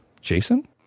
Jason